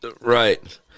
Right